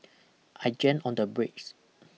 I jammed on the brakes